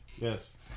Yes